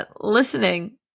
Listening